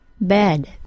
bed